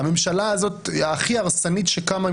הממשלה הזאת היא ההרסנית ביותר שקמה,